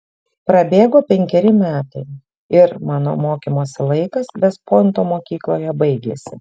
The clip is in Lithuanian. prabėgo penkeri metai ir mano mokymosi laikas vest pointo mokykloje baigėsi